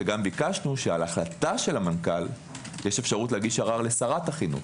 שגם ביקשנו שעל החלטה של המנכ"ל יש אפשרות להגיש ערר לשרת החינוך.